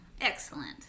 Excellent